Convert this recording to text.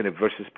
versus